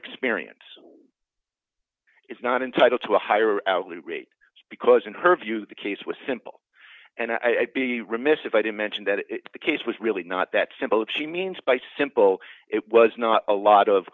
experience is not entitled to a higher hourly rate because in her view the case was simple and i'd be remiss if i didn't mention that the case was really not that simple what she means by simple it was not a lot of